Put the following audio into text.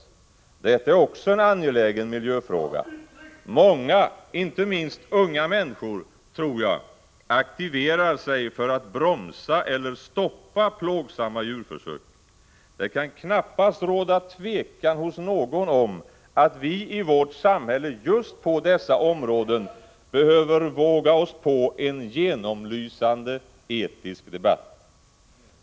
Detta är också en angelägen miljöfråga. Många, inte minst unga människor, tror jag, aktiverar sig för att bromsa eller stoppa plågsamma djurförsök. Det kan knappast råda tvekan hos någon om att vi i vårt samhälle just på dessa områden behöver våga oss på en genomlysande etisk debatt.